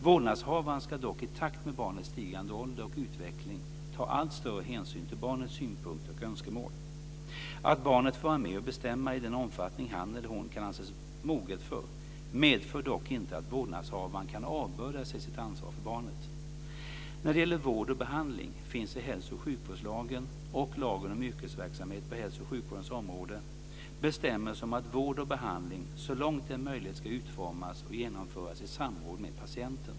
Vårdnadshavaren ska dock i takt med barnets stigande ålder och utveckling ta allt större hänsyn till barnets synpunkter och önskemål. Att barnet får vara med och bestämma i den omfattning han eller hon kan anses moget för medför dock inte att vårdnadshavaren kan avbörda sig sitt ansvar för barnet. När det gäller vård och behandling finns i hälsooch sjukvårdslagen och lagen om yrkesverksamhet på hälso och sjukvårdens område bestämmelser om att vård och behandling så långt det är möjligt ska utformas och genomföras i samråd med patienten.